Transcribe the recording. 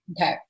Okay